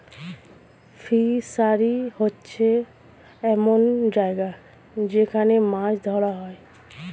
fishery হচ্ছে এমন জায়গা যেখান মাছ ধরা হয়